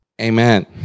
Amen